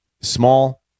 small